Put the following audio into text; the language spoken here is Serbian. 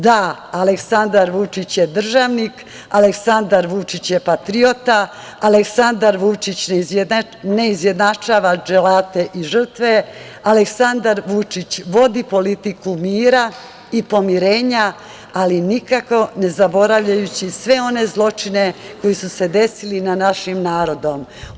Da, Aleksandar Vučić je državnik, Aleksandar Vučić je patriota, Aleksandar Vučić ne izjednačava dželate i žrtve, Aleksandar Vučić vodi politiku mira i pomirenja, ali nikako ne zaboravljajući sve one zločine koji su se desili našem narodu.